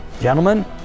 gentlemen